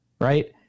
right